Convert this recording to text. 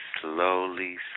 slowly